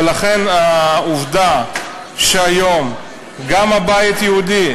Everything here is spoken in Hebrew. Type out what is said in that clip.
העובדה שהיום גם הבית היהודי,